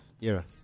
era